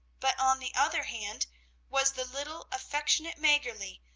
but on the other hand was the little, affectionate maggerli,